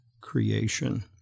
creation